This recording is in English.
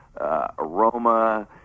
aroma